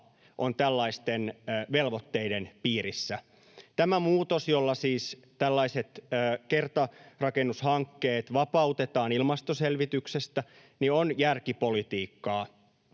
on tällaisten velvoitteiden piirissä. Tämä muutos, jolla siis tällaiset kertarakennushankkeet vapautetaan ilmastoselvityksestä, on järkipolitiikkaa.